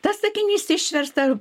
tas sakinys išversta